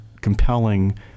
compelling